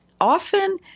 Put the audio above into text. Often